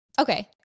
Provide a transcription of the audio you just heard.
Okay